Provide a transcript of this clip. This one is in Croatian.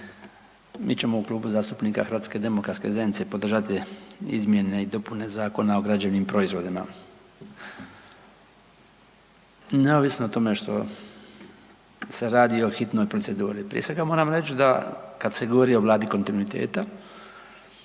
Mi ćemo u Klubu zastupnika HDZ-a podržati izmjene i dopune Zakona o građevnim proizvodima neovisno o tome što se radi o hitnoj proceduri. Prije svega moram reći da kada se govori o Vladi kontinuiteta